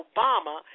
Obama